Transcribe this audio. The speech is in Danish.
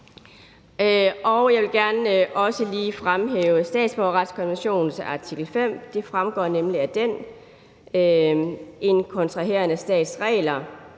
jeg vil også gerne lige fremhæve statsborgerretskonventionens artikel 5. Det fremgår nemlig af den, at: »En kontraherende stats regler